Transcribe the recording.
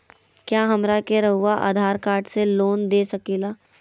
क्या हमरा के रहुआ आधार कार्ड से लोन दे सकेला?